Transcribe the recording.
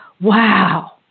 Wow